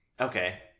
Okay